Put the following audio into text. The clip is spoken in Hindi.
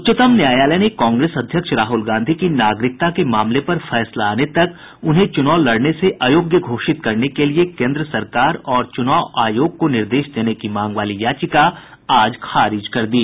उच्चतम न्यायालय ने कांग्रेस अध्यक्ष राहुल गांधी की नागरिकता के मामले पर फैसला आने तक उन्हें चुनाव लड़ने से अयोग्य घोषित करने के लिए केन्द्र सरकार और चुनाव आयोग को निर्देश देने की मांग वाली याचिका आज खारिज कर दी